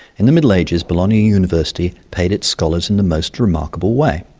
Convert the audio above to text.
in the middle ages bologna university paid its scholars in the most remarkable way.